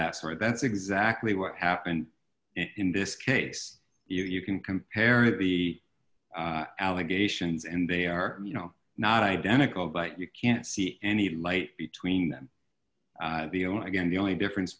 that sort that's exactly what happened in this case you can compare the allegations and they are you know not identical but you can't see any light between them the owner again the only difference